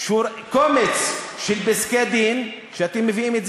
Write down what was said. קומץ של פסקי-דין לערבים שאתם מביאים?